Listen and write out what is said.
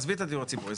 עזבי את הדיור הציבורי.